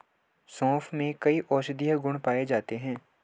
सोंफ में कई औषधीय गुण पाए जाते हैं